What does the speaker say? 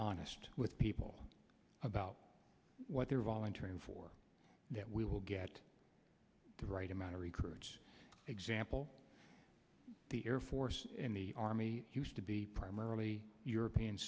honest with people about what they're volunteering for that we will get the right amount of recruits example the air force in the army used to be primarily european